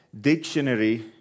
dictionary